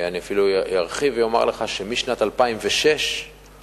אני אפילו ארחיב ואומר לך שמשנת 2006 לא